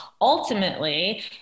ultimately